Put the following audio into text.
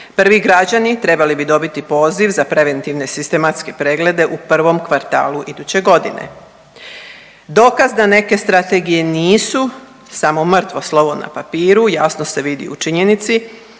Prvi građani trebali bi dobiti poziv za preventivne sistematske preglede u prvom kvartalu iduće godine. Dokaz da neke strategije nisu samo mrtvo slovo na papiru jasno se vidi u činjenici